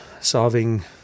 solving